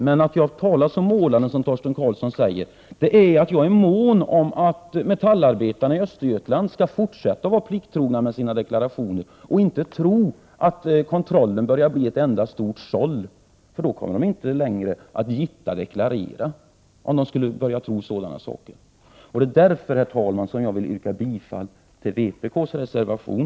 Men att jag talar så målande, som Torsten Karlsson säger, beror på att jag är mån om att metallarbetarna i Östergötland skall fortsätta att vara plikttrogna med sina deklarationer och inte tro att kontrollen börjar bli ett enda stort såll, för de kommer inte längre att gitta deklarera om de skulle tro sådana saker. Det är därför, herr talman, som jag vill yrka bifall till vpk:s reservation.